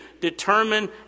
determine